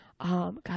God